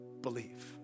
Believe